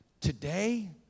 Today